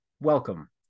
welcome